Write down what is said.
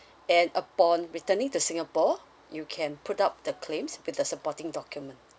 and upon returning to singapore you can put up the claims with the supporting document